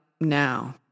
now